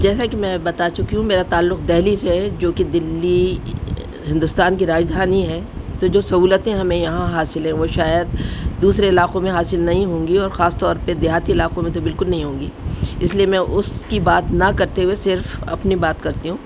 جیسا کہ میں بتا چکی ہوں میرا تعلق دہلی سے ہے جو کہ دلی ہندوستان کی راجدھانی ہے تو جو سہولتیں ہمیں یہاں حاصل ہیں وہ شاید دوسرے علاقوں میں حاصل نہیں ہوں گی اور خاص طور پہ دیہاتی علاقوں میں تو بالکل نہیں ہوں گی اس لیے میں اس کی بات نہ کرتے ہوئے صرف اپنی بات کرتی ہوں